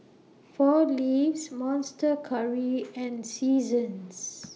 four Leaves Monster Curry and Seasons